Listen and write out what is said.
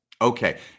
Okay